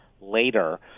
later